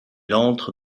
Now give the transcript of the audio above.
entre